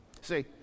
See